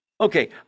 Okay